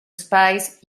espais